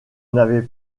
n’avais